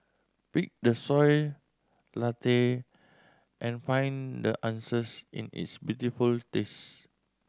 pick the Soy Latte and find the answers in its beautiful taste